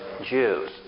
Jews